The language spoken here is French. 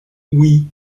oui